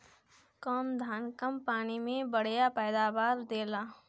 कौन धान कम पानी में बढ़या पैदावार देला?